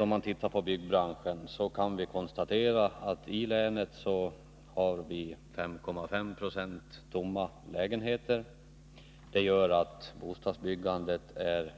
Om man ser på byggbranschen totalt, kan man konstatera att i länet finns 5,5 Zo tomma lägenheter. Det gör att bostadsbyggandet